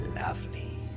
lovely